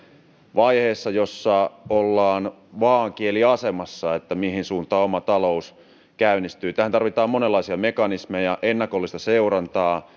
vaiheessa jossa ollaan vaaankieliasemassa sen suhteen mihin suuntaan oma talous käynnistyy tähän tarvitaan monenlaisia mekanismeja ennakollista seurantaa